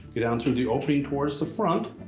get down through the opening towards the front,